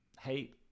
Hey